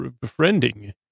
befriending